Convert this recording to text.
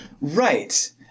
right